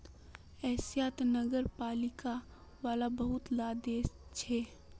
एशियात नगरपालिका वाला बहुत ला देश छे